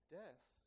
death